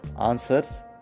answers